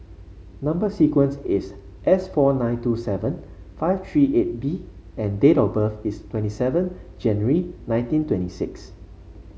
number sequence is S four nine two seven five three eight B and date of birth is twenty seven January nineteen twenty six